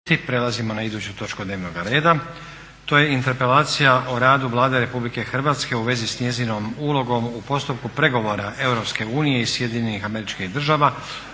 Prelazimo na iduću točku dnevnoga reda. To je - Interpelacija o radu Vlade Republike Hrvatske u svezi s njezinom ulogom u postupku pregovora Europske unije